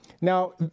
Now